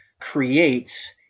creates